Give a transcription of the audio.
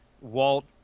Walt